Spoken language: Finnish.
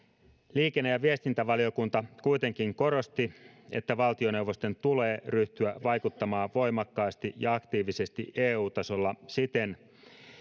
liikenne ja viestintävaliokunta kuitenkin korosti että valtioneuvoston tulee ryhtyä vaikuttamaan voimakkaasti ja aktiivisesti eu tasolla siten